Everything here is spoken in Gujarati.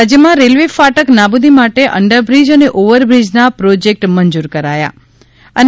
રાજ્યમાં રેલવે ફાટક નાબૂદી માટે અંડરબ્રિજ અને ઓવરબ્રિજના પ્રોજેક્ટ મંજૂર કરાયા છે